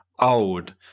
old